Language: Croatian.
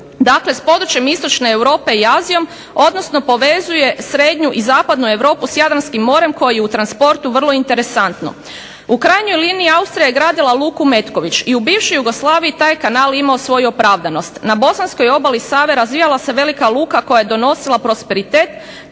dakle s područjem istočne Europe i Azijom, odnosno povezuje srednju i zapadnu Europu s Jadranskim morem koje je u transportu vrlo interesantno. U krajnjoj liniji Austrija je gradila luku Metković i u bivšoj Jugoslaviji taj kanal je imao svoju opravdanost. Na bosanskoj obali Save razvijala se velika luka koja je donosila prosperitet.